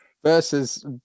Versus